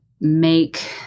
make